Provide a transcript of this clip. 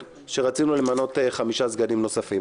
אתה עושה הצגת יחיד?